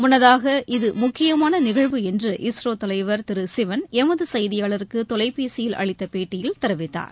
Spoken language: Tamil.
முன்னதாக இது முக்கியமான நிகழ்வு என்று இஸ்ரோ தலைவர் திரு சிவன் எமது செய்தியாளருக்கு தொலைபேசியில் அளித்த பேட்டியில் தெரிவித்தார்